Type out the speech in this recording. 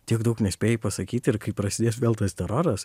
tiek daug nespėjai pasakyti ir kai prasidės vėl tas teroras